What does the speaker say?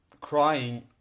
crying